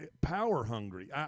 power-hungry